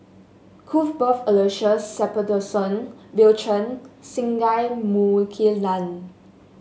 Cuthbert Aloysius Shepherdson Bill Chen Singai Mukilan